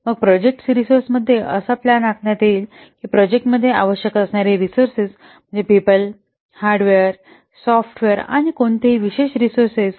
मग प्रोजेक्ट रिसोर्समध्ये अशी प्लान आखण्यात येईल की प्रोजेक्टमध्ये आवश्यक असणारी रिसोर्स म्हणजे पीपल हार्डवेअर सॉफ्टवेअर आणि कोणतीही विशेष रिसोर्स